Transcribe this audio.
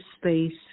space